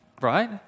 right